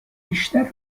بیشتر